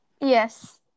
Yes